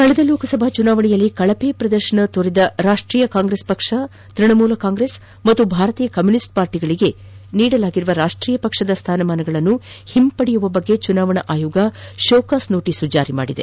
ಕಳೆದ ಲೋಕಸಭಾ ಚುನಾವಣೆಯಲ್ಲಿ ಕಳಪೆ ಪ್ರದರ್ಶನ ತೋರಿದ ರಾಷ್ಟೀಯ ಕಾಂಗ್ರೆಸ್ ಪಕ್ಷ ತೃಣಮೂಲ ಕಾಂಗ್ರೆಸ್ ಮತ್ತು ಭಾರತೀಯ ಕಮ್ಯುನಿಷ್ಟ್ ಪಾರ್ಟಿಗಳಿಗೆ ನೀಡಲಾಗಿರುವ ರಾಷ್ಟೀಯ ಪಕ್ಷದ ಸ್ಥಾನಮಾನವನ್ನು ಹಿಂಪಡೆಯುವ ಕುರಿತಂತೆ ಚುನಾವಣಾ ಆಯೋಗ ಶೋಕಾಸ್ ನೋಟೀಸ್ ಜಾರಿ ಮಾಡಿದೆ